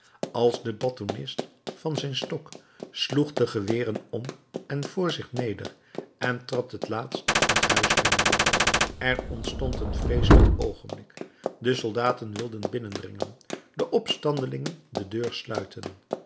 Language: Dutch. als de batonnist van zijn stok sloeg de geweren om en voor zich neder en trad het laatst het huis binnen er ontstond een vreeselijk oogenblik de soldaten wilden binnendringen de opstandelingen de deur sluiten